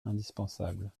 indispensable